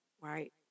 Right